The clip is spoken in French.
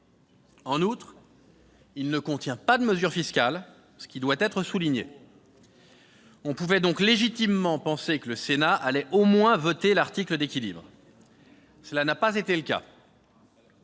En outre, il ne contient pas de mesure fiscale, ce qui doit être souligné. On pouvait donc légitimement penser que le Sénat allait, au moins, voter l'article d'équilibre. Cela n'a pas été le cas.